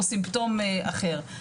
או סימפטום אחר.